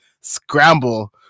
Scramble